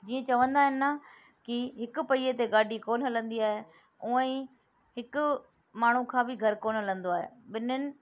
जीअं चवंदा आहिनि न की हिकु पहिए ते गाॾी कोन हलंदी आहे उअं ई हिकु माण्हू खां बि घरु कोन हलंदो आहे ॿिन्हिनि